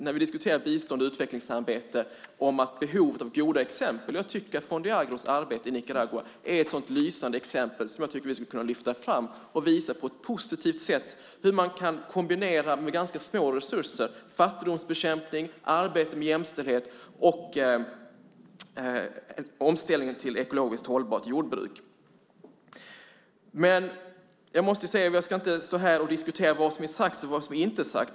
När vi diskuterar bistånd och utvecklingsarbete pratas det ofta om behovet av goda exempel, och jag tycker att Fonde Agros arbete i Nicaragua är ett sådant lysande exempel som vi skulle kunna lyfta fram och visa på ett positivt sätt hur man med ganska små resurser kan kombinera fattigdomsbekämpning, arbete med jämställdhet och omställningen till ett ekologiskt hållbart jordbruk. Jag ska inte stå här och diskutera vad som sagts och vad som inte sagts.